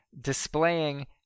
displaying